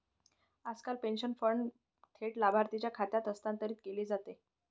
आजकाल pension fund थेट लाभार्थीच्या खात्यात हस्तांतरित केले जातात